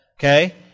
Okay